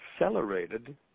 accelerated